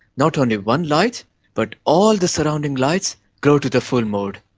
not only one light but all the surrounding lights grow to the full mode.